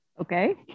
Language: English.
Okay